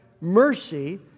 mercy